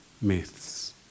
myths